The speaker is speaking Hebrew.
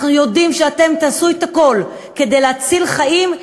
אנחנו יודעים שאתם תעשו את הכול כדי להציל חיים,